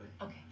Okay